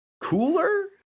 cooler